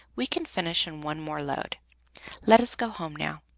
we can finish in one more load let us go home now.